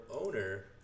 owner